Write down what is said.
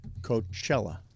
Coachella